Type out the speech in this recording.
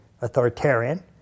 authoritarian